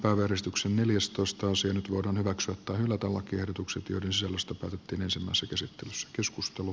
nyt voidaan hyväksyä tai hylätä lakiehdotukset joiden selusta kynnösemmassa käsittelyssä keskustelu